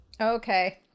Okay